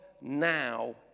now